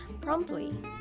promptly